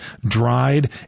dried